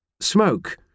Smoke